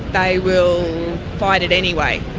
they will fight it anyway,